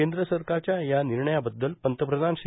केंद्र सरकारच्या या निर्णयाबद्दल पंतप्रधान श्री